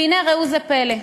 והנה, ראו זה פלא,